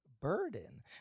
burden